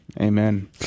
Amen